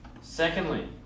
Secondly